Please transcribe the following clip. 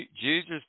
Jesus